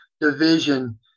division